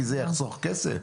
כי זה יחסוך כסף.